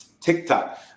TikTok